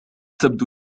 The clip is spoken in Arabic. تبدو